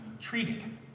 treated